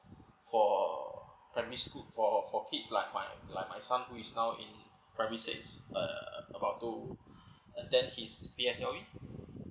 for primary school for for kids like my like my son who is now in primary six uh about two then his P_S_L_E